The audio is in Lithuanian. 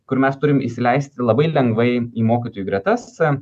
kur mes turim įsileisti labai lengvai į mokytojų gretas